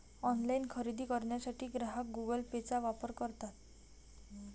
online खरेदी करण्यासाठी ग्राहक गुगल पेचा वापर करतात